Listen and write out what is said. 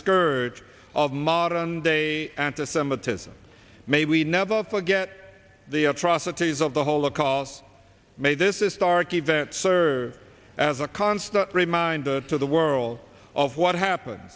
scourge of modern day anti semitism may we never forget the atrocities of the holocaust made this is stark event serves as a constant reminder to the world of what happen